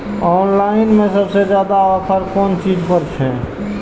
Online में सबसे ज्यादा ऑफर कोन चीज पर छे?